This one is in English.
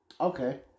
Okay